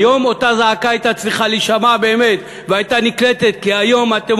היום אותה זעקה הייתה צריכה להישמע באמת והייתה נקלטת כי היום אתם